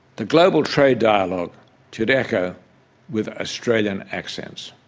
the global trade dialogue should echo with australian accents.